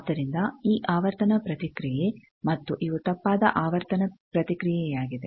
ಆದ್ದರಿಂದ ಈ ಆವರ್ತನ ಪ್ರತಿಕ್ರಿಯೆ ಮತ್ತು ಇವು ತಪ್ಪಾದ ಆವರ್ತನ ಪ್ರತಿಕ್ರಿಯೆಯಾಗಿದೆ